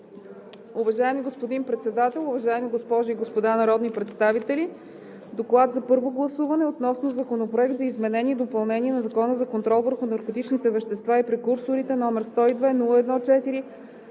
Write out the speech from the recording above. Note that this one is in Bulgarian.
Уважаеми господин Председател, уважаеми госпожи и господа народни представители! „ДОКЛАД за първо гласуване относно Законопроект за изменение и допълнение на Закона за контрол върху наркотичните вещества и прекурсорите, № 102-01-4,